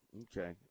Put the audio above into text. Okay